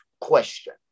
question